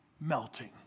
melting